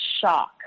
shock